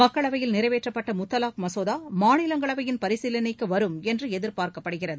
மக்களவையில் நிறைவேற்றப்பட்ட முத்தவாக் மசோதா மாநிலங்களவையின் பரிசீலனைக்கு வரும் என எதிர்பார்க்கப்படுகிறது